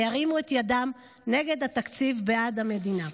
וירימו את ידם נגד התקציב, בעד המדינה,